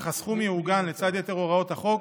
אך הסכום יעוגן, לצד יתר הוראות החוק,